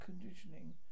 conditioning